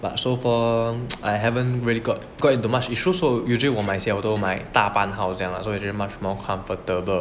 but so far I haven't really got got into much issues so usually 我买鞋我都买大半号这样 so it's actually much more comfortable